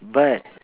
but